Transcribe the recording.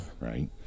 right